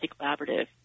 Collaborative